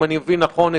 אם אני מבין נכון,